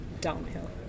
downhill